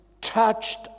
touched